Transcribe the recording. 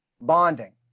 bonding